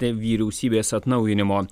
vyriausybės atnaujinimo